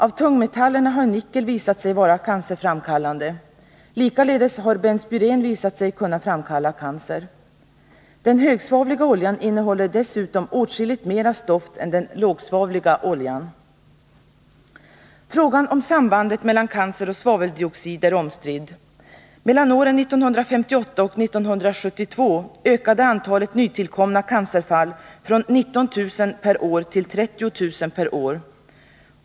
Av tungmetallerna har nickel visat sig vara cancerframkallande. Likaledes har benspyren visat sig kunna framkalla cancer. Den högsvavliga oljan innehåller dessutom åtskilligt mera stoft än den lågsvavliga oljan. Frågan om sambandet mellan cancer och svaveldioxid är omstridd. Mellan åren 1958 och 1972 ökade antalet nytillkomna cancerfall från 19 000 per år till 30 000 per år.